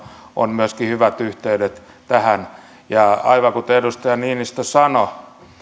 on myöskin hyvät yhteydet tähän ja aivan kuten edustaja niinistö sanoi